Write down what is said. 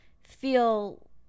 feel